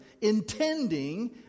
intending